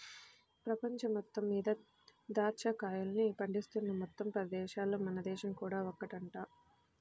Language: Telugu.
పెపంచం మొత్తం మీద దాచ్చా కాయల్ని పండిస్తున్న మొత్తం పది దేశాలల్లో మన దేశం కూడా ఒకటంట